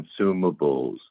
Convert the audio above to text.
consumables